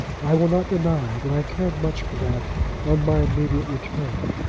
i will not deny that i cared much for that on my immediate return.